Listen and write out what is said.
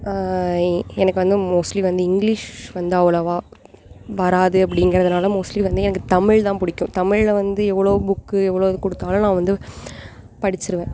எனக்கு வந்து மோஸ்ட்லி வந்து இங்கிலீஷ் வந்து அவ்வளோவா வராது அப்படிங்கிறதுனால மோஸ்ட்லி வந்து எனக்கு தமிழ் தான் பிடிக்கும் தமிழ்ல வந்து எவ்வளோ புக்கு எவ்வளோ இது கொடுத்தாலும் நான் வந்து படிச்சிடுவேன்